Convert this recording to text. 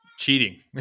cheating